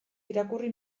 irakurri